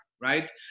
right